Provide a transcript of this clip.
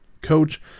coach